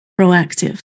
proactive